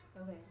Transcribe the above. okay